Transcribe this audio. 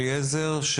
אליעזר,